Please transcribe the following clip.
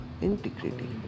integrity